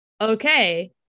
okay